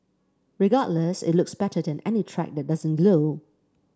regardless it looks better than any track that doesn't glow